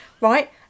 Right